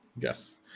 Yes